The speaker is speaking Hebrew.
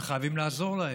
וחייבים לעזור להם.